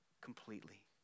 Completely